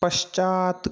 पश्चात्